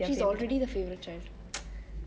she's already the favourite child